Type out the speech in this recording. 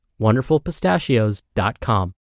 WonderfulPistachios.com